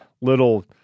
little